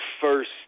first